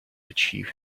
achieve